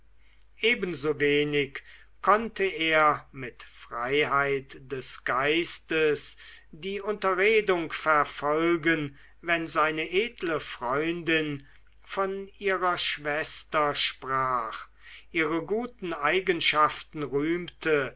ebensowenig konnte er mit freiheit des geistes die unterredung verfolgen wenn seine edle freundin von ihrer schwester sprach ihre guten eigenschaften rühmte